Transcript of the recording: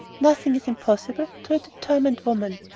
nothing is impossible to a determined woman.